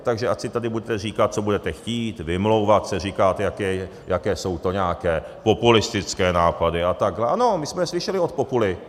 Takže ať si tady budete říkat, co budete chtít, vymlouvat se, říkat, jaké jsou to nějaké populistické nápady a tak ano, my jsme slyšeli vox populi.